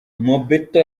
mobetto